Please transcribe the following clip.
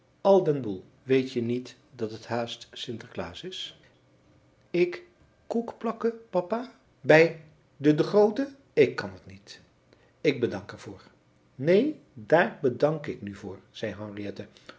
al den boel weetje niet dat het haast sinter klaas is ik koekplakken papa bij de de grooten ik kan het niet ik bedank er voor neen daar bedank ik nu voor zei